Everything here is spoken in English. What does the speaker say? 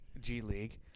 G-League